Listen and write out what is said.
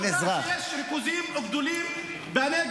אתה מודע לזה שיש ריכוזים גדולים בנגב